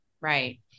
right